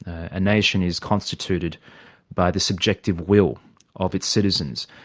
a nation is constituted by the subjective will of its citizens,